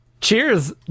cheers